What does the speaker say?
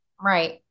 Right